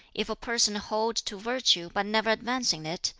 if a person hold to virtue but never advance in it,